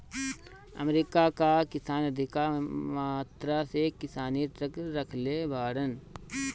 America कअ किसान अधिका मात्रा में किसानी ट्रक रखले बाड़न